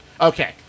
Okay